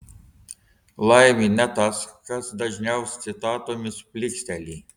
laimi ne tas kas dažniau citatomis plyksteli